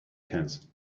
cans